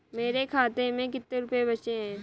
मेरे खाते में कितने रुपये बचे हैं?